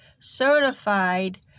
certified